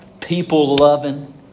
people-loving